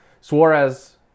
Suarez